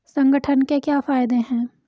संगठन के क्या फायदें हैं?